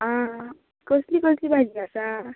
आं कसली कसली भाजी आसा